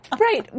Right